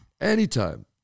Anytime